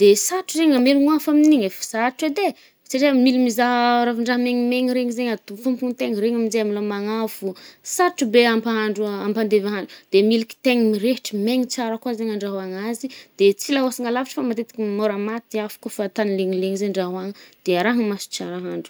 De sarotry zaigny amelogno afo amin’igny e, fo sarotry edy e, satrià mila mizaha ravin-draha megnimegny regny zay adohofokon-tegna, regny aminje amilomagna afo. Sarotry be ampahandro ampandevy hagny. De mila kitay mirehitra, megny tsara koà zaigny andrahoàgna azy, de tsy laôsagna lavitry fô matetiky môra maty afo ko fa tagny legnilegny zay andraôgna. De araha-maso tsara ahandro